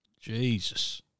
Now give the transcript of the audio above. Jesus